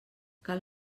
cal